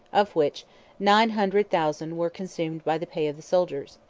of which nine hundred thousand were consumed by the pay of the soldiers.